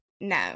No